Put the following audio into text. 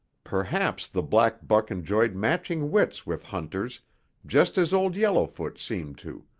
perhaps the black buck enjoyed matching wits with hunters just as old yellowfoot seemed to,